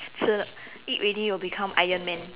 吃得 eat already will become iron man